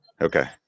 Okay